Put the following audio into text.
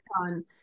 on